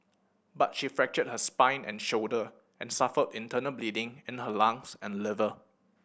but she fractured her spine and shoulder and suffered internal bleeding in her lungs and liver